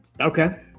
Okay